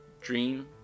dream